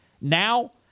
now